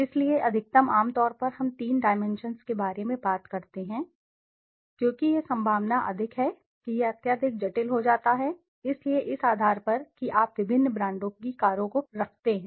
इसलिए अधिकतम आम तौर पर हम तीन डाइमेंशन्स के बारे में बात करते हैं क्योंकि यह संभावना अधिक है कि यह अत्यधिक जटिल हो जाता है इसलिए इस आधार पर कि आप विभिन्न ब्रांडों की कारों को रखते हैं